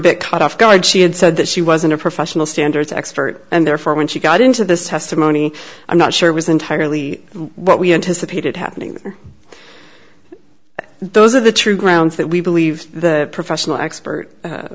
bit caught off guard she had said that she wasn't a professional standards expert and therefore when she got into this testimony i'm not sure was entirely what we anticipated happening those are the true grounds that we believed the professional expert